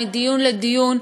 מדיון לדיון,